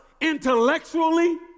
intellectually